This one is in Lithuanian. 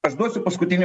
aš duosiu paskutinį